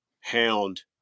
hound